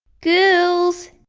girls?